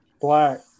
black